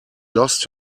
lost